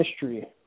history